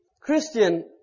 Christian